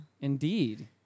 Indeed